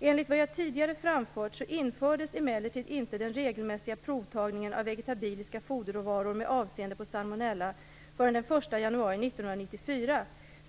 Enligt vad jag tidigare framfört, infördes emellertid inte den regelmässiga provtagningen på vegetabiliska foderråvaror med avseende på salmonella förrän den 1 januari 1994.